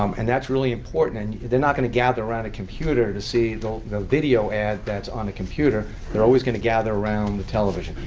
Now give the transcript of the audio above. um and that's really important. and they're not going to gather around a computer to see the the video ad that's on a computer. they're always going to gather around the television.